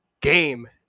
game